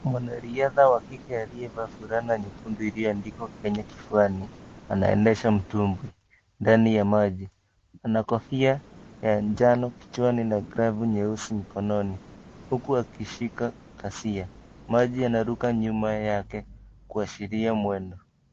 Mwanariadha wa kike aliyevaa fulana nyekundu iliyoandikwa "Kenya" kifuani, anaendesha mtumbwi, ndani ya maji. Ana kofia ya njano kichwani na glavu nyeusi mkononi huku akishika kashia naruka nyuma yake kuashiria mwendo.